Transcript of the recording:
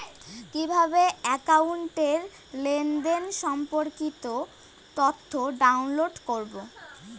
কিভাবে একাউন্টের লেনদেন সম্পর্কিত তথ্য ডাউনলোড করবো?